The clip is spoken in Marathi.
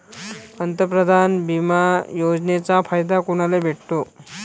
पंतप्रधान बिमा योजनेचा फायदा कुनाले भेटतो?